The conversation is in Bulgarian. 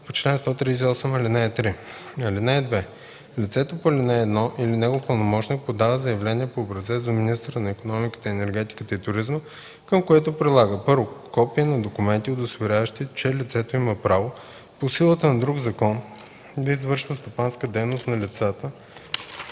по чл. 138, ал. 3. (2) Лицето по ал. 1 или негов пълномощник подава заявление по образец до министъра на икономиката, енергетиката и туризма, към което прилага: 1. копия на документи, удостоверяващи, че лицето има право по силата на друг закон да извършва стопанска дейност – за лицата,